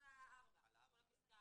על כל פסקה